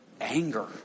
Anger